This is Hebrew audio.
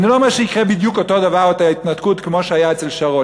אני לא אומר שיקרה בדיוק אותו דבר כמו ההתנתקות אצל שרון.